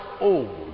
old